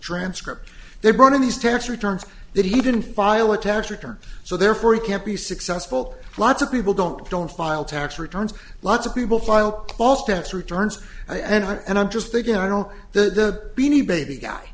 transcript they brought in these tax returns that he didn't file a tax return so therefore he can't be successful lots of people don't don't file tax returns lots of people file false tax returns and i and i'm just thinking i don't know the